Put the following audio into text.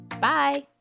Bye